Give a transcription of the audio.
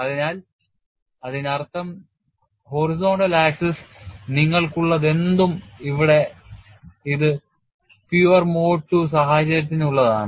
അതിനാൽ അതിനർത്ഥം തിരശ്ചീന അക്ഷം നിങ്ങൾക്കുള്ളതെന്തും ഇവിടെ ഇത് ശുദ്ധമായ മോഡ് II സാഹചര്യത്തിനുള്ളതാണ്